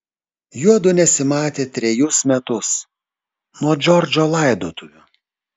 juodu nesimatė trejus metus nuo džordžo laidotuvių